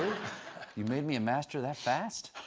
you made me a master that fast?